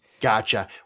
Gotcha